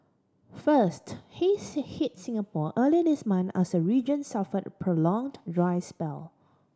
first haze hit Singapore earlier this month as the region suffered a prolonged spell